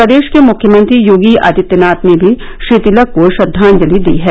प्रदेश के मुख्यमंत्री योगी आदित्यनाथ ने भी श्री तिलक को श्रद्वाजलि दी है